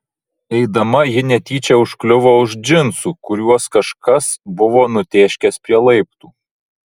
eidama ji netyčia užkliuvo už džinsų kuriuos kažkas buvo nutėškęs prie laiptų